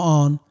on